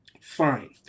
fine